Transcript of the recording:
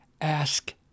ask